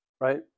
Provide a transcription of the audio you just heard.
Right